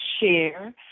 share